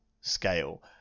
scale